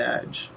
edge